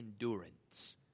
endurance